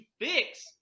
fix –